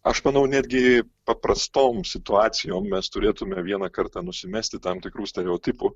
aš manau netgi paprastom situacijom mes turėtume vieną kartą nusimesti tam tikrų stereotipų